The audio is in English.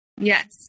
Yes